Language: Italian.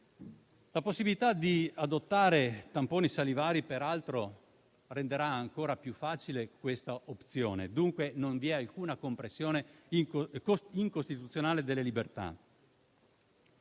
La possibilità di adottare tamponi salivari, peraltro, renderà ancora più facile questa opzione. Dunque, non vi è alcuna compressione incostituzionale delle libertà.